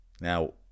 Now